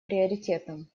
приоритетом